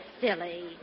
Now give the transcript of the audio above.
silly